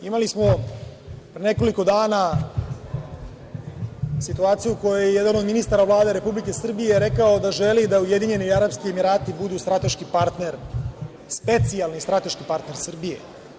Imali smo pre nekoliko dana situaciju u kojoj je jedan od ministara Vlade Republike Srbije rekao da želi da Ujedinjeni Arapski Emirati budu strateški partner, specijalni strateški partner Srbije.